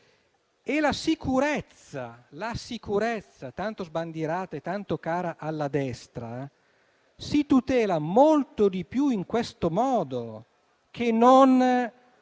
E la sicurezza, tanto sbandierata e tanto cara alla destra, si tutela molto di più in questo modo che non